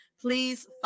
please